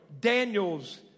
Daniel's